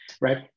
right